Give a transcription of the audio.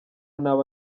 naba